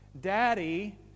Daddy